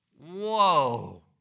Whoa